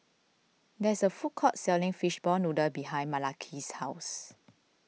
there is a food court selling Fishball Noodle behind Malaki's house